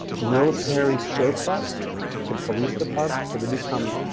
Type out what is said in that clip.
military surplus to police departments, so they become,